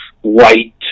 white